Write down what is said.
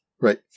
Right